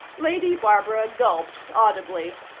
lady barbara gulped audibly.